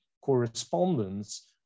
correspondence